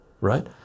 right